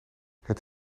het